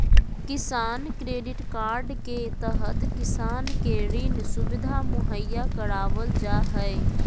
किसान credit card के तहत किसान के ऋण सुविधा मुहैया करावल जा हय